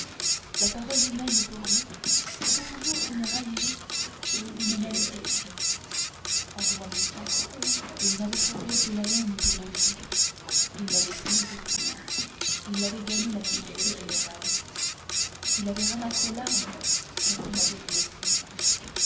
la parole humaine pour lui c'était toujours une raillerie ou une malédiction en grandissant il n'avait trouvé que la haine autour de lui il l'avait prise il avait gagné la méchanceté générale il avait ramassé l'arme dont on l'avait blessé